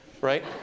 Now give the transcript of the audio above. right